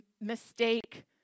mistake